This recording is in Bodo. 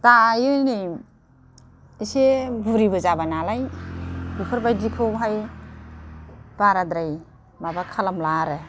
दायो नै एसे बुरिबो जाबाय नालाय बेफोरबायदिखौहाय बाराद्राय माबा खालामला आरो